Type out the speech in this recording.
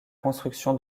construction